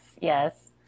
yes